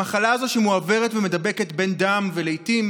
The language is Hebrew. המחלה הזו, שמועברת, ומידבקת, בדם, ולעיתים